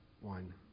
one